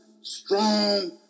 strong